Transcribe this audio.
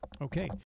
Okay